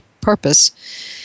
purpose